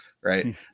Right